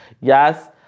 yes